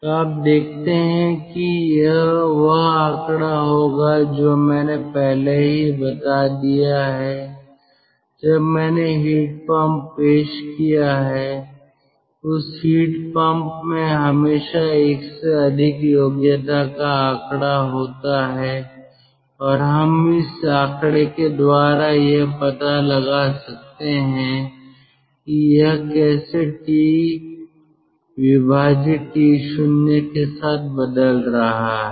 तो आप देखते हैं कि यह वह आंकड़ा होगा जो मैंने पहले ही बता दिया है जब मैंने हीट पंप पेश किया है उस हीट पंप में हमेशा एक से अधिक योग्यता का आंकड़ा होता हैं और हम इस आंकड़े के द्वारा यह पता लगा सकते हैं कि यह कैसे T T0 के साथ बदल रहा है